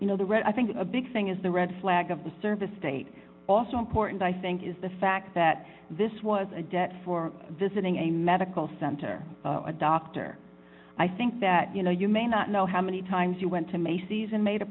you know the red i think a big thing is the red flag of the service state also important i think is the fact that this was a debt for visiting a medical center a doctor i think that you know you may not know how many times you went to macy's and made a